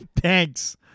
Thanks